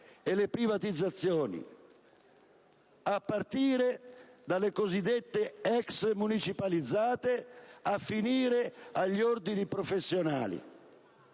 alle privatizzazioni, a partire dalle cosiddette ex municipalizzate fino agli ordini professionali.